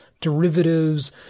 derivatives